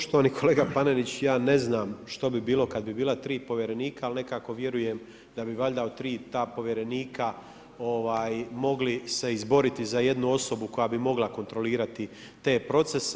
Poštovani kolega Panenić, ja ne znam što bi bilo kada bi bila tri povjerenika, ali nekako vjerujem da bi valjda od tri ta povjerenika mogli se izboriti za jednu osobu koja bi mogla kontrolirati te procese.